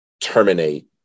terminate